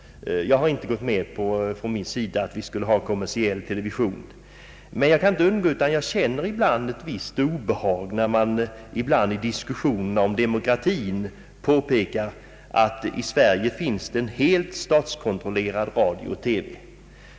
Jag har inte velat förorda en kommersiell television. Jag känner dock ett visst obehag när man ibland i diskussionerna om demokratin påpekar att det i Sverige finns en helt statskontrollerad radio och TV.